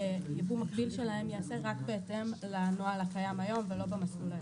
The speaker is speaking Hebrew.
יבוא מקביל שלהם ייעשה רק בהתאם לנוהל הקיים היום ולא במסלול הקודם.